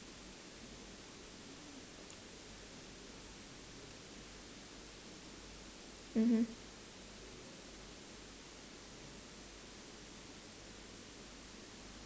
mmhmm